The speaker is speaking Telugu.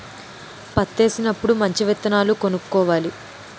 పత్తేసినప్పుడు మంచి విత్తనాలు కొనుక్కోవాలి